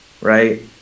right